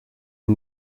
are